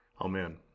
Amen